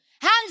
hands